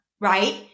right